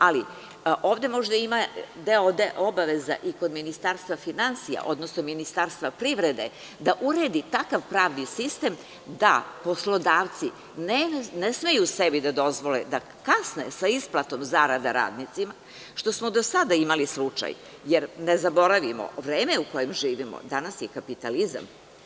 Ali, ovde možda ima deo obaveza i kod Ministarstva finansija, odnosno Ministarstva privrede da uredi takav pravni sistem da poslodavci ne smeju sebi da dozvole da kasne sa isplatom zarada radnicima, što smo do sada imali slučaj, jer ne zaboravimo, vreme u kojem živimo danas je kapitalizam.